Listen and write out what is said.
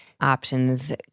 options